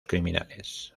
criminales